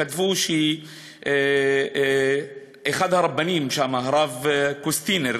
כתבו שאחד הרבנים שם, הרב קוסטינר,